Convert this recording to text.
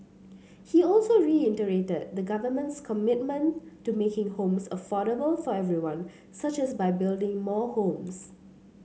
he also reiterated the Government's commitment to making homes affordable for everyone such as by building more homes